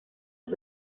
his